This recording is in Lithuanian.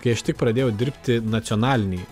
kai aš tik pradėjau dirbti nacionalinėj